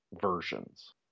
versions